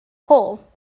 coal